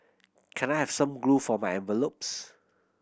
can I have some glue for my envelopes